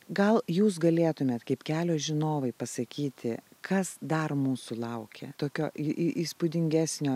gal jūs galėtumėt kaip kelio žinovai pasakyti kas dar mūsų laukia tokio į į įspūdingesnio